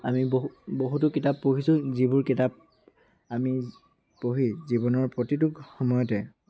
আমি বহু বহুতো কিতাপ পঢ়িছোঁ যিবোৰ কিতাপ আমি পঢ়ি জীৱনৰ প্ৰতিটোক সময়তে